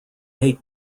hate